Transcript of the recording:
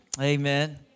Amen